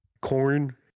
corn